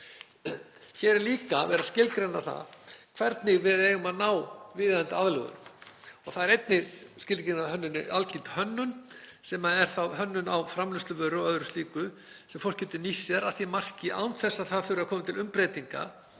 Hér er líka verið að skilgreina það hvernig við eigum að ná viðeigandi aðlögun. Það er einnig skilgreining á algildri hönnun sem er hönnun á framleiðsluvöru og öðru slíku sem fólk getur nýtt sér að því marki án þess að það þurfi að koma til umbreytinga